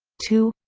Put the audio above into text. two